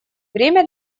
время